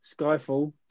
Skyfall